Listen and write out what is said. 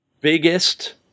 biggest